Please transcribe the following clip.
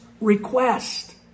request